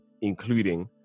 including